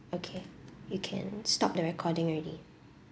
okay you can stop the recording already